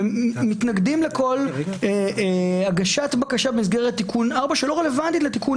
ומתנגדים לכל הגשת בקשה במסגרת תיקון 4 שלא רלוונטית לתיקון